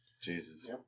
Jesus